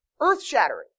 Earth-shattering